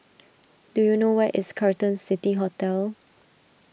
do you know where is Carlton City Hotel